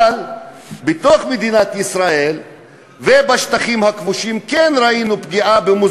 אבל בתוך מדינת ישראל ובשטחים הכבושים כן ראינו פגיעה במוסדות,